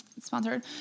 sponsored